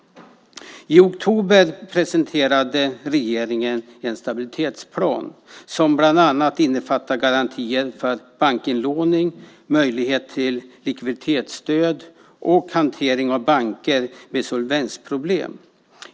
I oktober presenterade regeringen en stabilitetsplan som bland annat innefattade garantier för bankinlåning, möjlighet för likviditetsstöd och hantering av banker med solvensproblem.